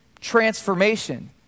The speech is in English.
transformation